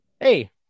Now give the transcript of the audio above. Hey